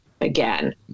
again